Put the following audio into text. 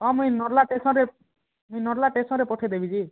ହଁ ମୁଇଁ ନର୍ଲା ଷ୍ଟେସନ୍ରେ ମୁଇଁ ନର୍ଲା ଷ୍ଟେସନ୍ରେ ପଠାଇଦେବି କି